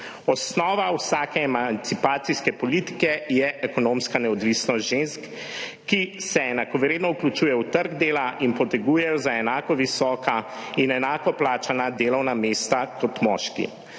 Osnova vsake emancipacijske politike je ekonomska neodvisnost žensk, ki se enakovredno vključujejo na trg dela in potegujejo za enako visoka in enako plačana delovna mesta kot moški.